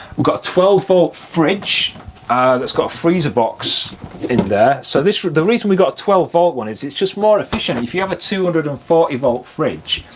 we've got twelve volt fridge ah that's got a freezer box in there. so this, the reason we got a twelve volt one is it's just more efficient. if you have a two hundred and forty volt fridge,